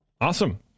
awesome